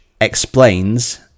explains